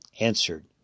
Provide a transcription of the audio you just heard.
answered